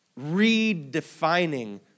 redefining